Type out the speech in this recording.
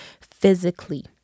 physically